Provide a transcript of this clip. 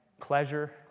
pleasure